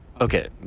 okay